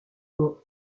monts